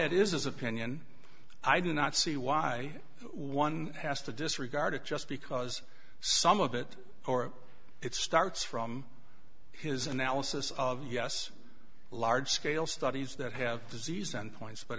it is his opinion i do not see why one has to disregard it just because some of it or it starts from his analysis of us large scale studies that have disease and points but